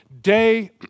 Day